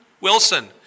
Wilson